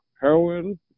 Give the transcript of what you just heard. heroin